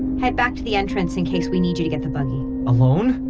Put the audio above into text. head back to the entrance in case we need you to get the buggy alone?